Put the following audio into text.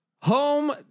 home